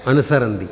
अनुसरन्ति